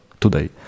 today